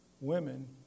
Women